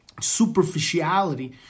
superficiality